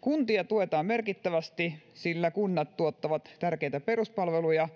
kuntia tuetaan merkittävästi sillä kunnat tuottavat tärkeitä peruspalveluja